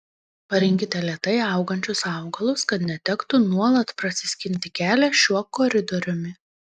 parinkite lėtai augančius augalus kad netektų nuolat prasiskinti kelią šiuo koridoriumi